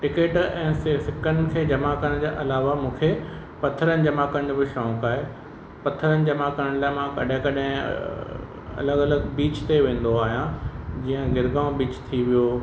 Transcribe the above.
ticket ऐं सि सिकनि खे जमा करण जे अलावा मूंखे पथरनि जमा करण जो बि शौंक़ु आहे पथरनि जमा करण लाइ मां कॾहिं कॾहिं अलॻि अलॻि बीच ते वेंदो आहियां जीअं जलगांव बीच थी वियो